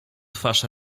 twarz